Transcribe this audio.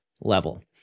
level